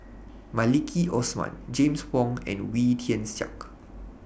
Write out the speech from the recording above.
Maliki Osman James Wong and Wee Tian Siak